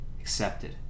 accepted